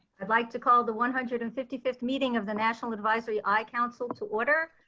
i'd like to call the one hundred and fifty fifth meeting of the national advisory eye council to order.